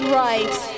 right